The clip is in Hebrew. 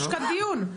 יש כאן דיון,